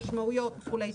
המשמעויות וכו',